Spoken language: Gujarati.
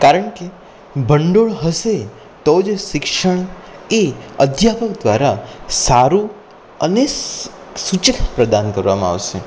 કારણ કે ભંડોળ હશે તો જ શિક્ષણ એ અધ્યાપક દ્વારા સારું અને સૂચક પ્રદાન કરવામાં આવશે